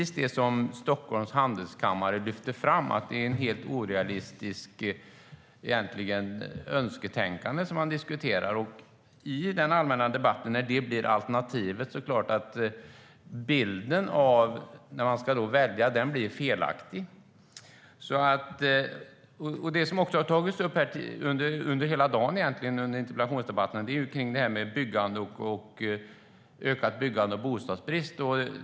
Stockholms Handelskammare har lyft fram att det man diskuterar egentligen är önsketänkande. När detta blir alternativet i den allmänna debatten blir bilden av vad man har att välja på felaktig. Nästan alla dagens interpellationsdebatter har handlat om ökat byggande och bostadsbrist.